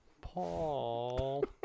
Paul